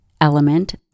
element